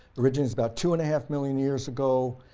originates about two and a half million years ago,